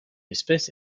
espèce